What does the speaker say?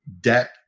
debt